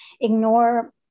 ignore